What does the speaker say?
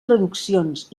traduccions